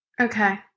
Okay